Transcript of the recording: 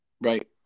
right